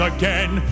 again